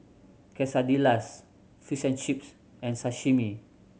Quesadillas Fish and Chips and Sashimi